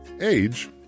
age